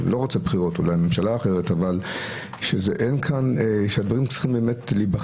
אני לא רוצה בחירות אלא ממשלה אחרת אבל הדברים צריכים להיבחן